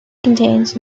contains